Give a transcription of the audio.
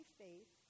faith